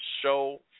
show